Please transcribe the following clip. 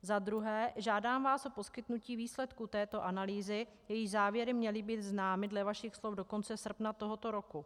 Za druhé, žádám vás o poskytnutí výsledků této analýzy, jejíž závěry měly být známy dle vašich slov do konce srpna tohoto roku.